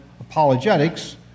apologetics